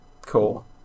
cool